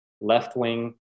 left-wing